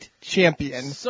champion